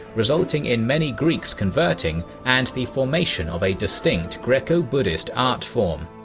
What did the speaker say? resulting in many greeks converting, and the formation of a distinct greco-buddhist art form.